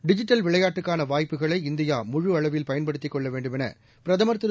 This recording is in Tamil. டிஜிட்டல் விளையாட்டுக்கான வாய்ப்புகளை இந்தியா முழு அளவில் பயன்படுத்திக் கொள்ள வேண்டுமென பிரதமர் திரு